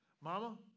Mama